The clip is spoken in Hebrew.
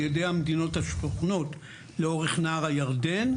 ידי המדינות השוכנות לאורך נהר הירדן.